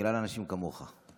בגלל אנשים כמוך.